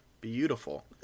beautiful